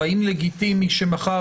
האם לגיטימי שמחר,